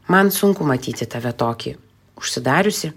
man sunku matyti tave tokį užsidariusį